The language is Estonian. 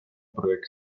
projekt